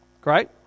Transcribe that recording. Great